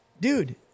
dude